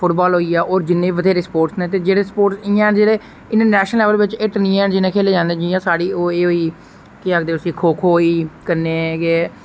football होई गेआ और जिन्ने बी बथ्हेरे स्पोर्टस ना ते जेहडे़ स्पोर्टस इयां ना जेहडे़ इने नेशनल लेबल च हिट नेई ऐ जियां साढ़ी ओह् होई गेई केह् आक्खदे उसी खो खो होई गेई कन्नै गै